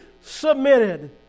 submitted